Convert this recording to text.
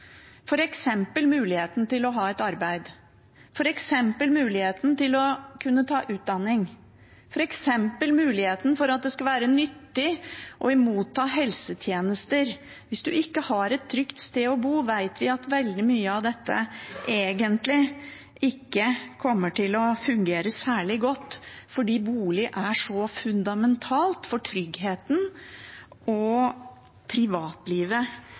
muligheten til å ha et arbeid, f.eks. muligheten til å kunne ta utdanning, f.eks. muligheten for at det skal være nyttig å motta helsetjenester. Hvis man ikke har et trygt sted å bo, vet vi at veldig mye av dette egentlig ikke kommer til å fungere særlig godt, fordi bolig er så fundamentalt for tryggheten og privatlivet